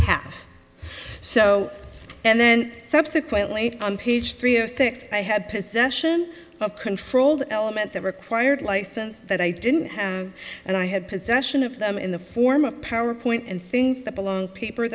half so and then subsequently on page three of six i had possession of controlled element that required license that i didn't have and i had possession of them in the form of power point and things that belong paper